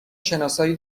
شناسایی